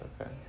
Okay